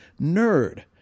nerd